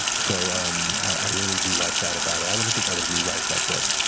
so um i really do like that about it. i wouldn't think i would rewrite that book.